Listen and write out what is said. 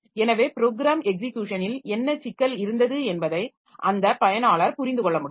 எனவே ப்ரோக்ராம் எக்ஸிக்யுஷனில் என்ன சிக்கல் இருந்தது என்பதை அந்த பயனாளர் புரிந்து கொள்ள முடியும்